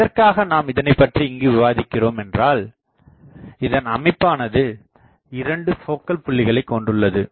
எதற்காக நாம் இதனைப்பற்றி இங்கு விவாதிக்கிறோம் என்றால் இதன் அமைப்பானது 2 போக்கல் புள்ளிகளை கொண்டுள்ளது